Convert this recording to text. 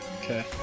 Okay